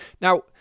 Now